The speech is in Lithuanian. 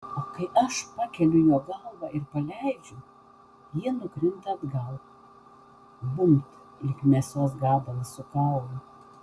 o kai aš pakeliu jo galvą ir paleidžiu ji nukrinta atgal bumbt lyg mėsos gabalas su kaulu